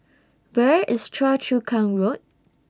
Where IS Choa Chu Kang Road